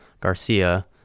Garcia